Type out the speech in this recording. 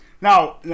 Now